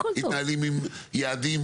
הם מתנהלים עם יעדים